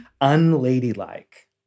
unladylike